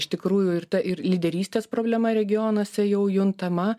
iš tikrųjų irta ir lyderystės problema regionuose jau juntama